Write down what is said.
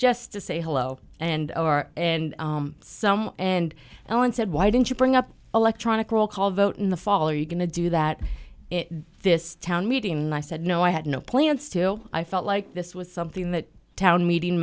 just to say hello and r and some and ellen said why didn't you bring up electronic roll call vote in the fall are you going to do that in this town meeting i said no i had no plans to i felt like this was something that town meeting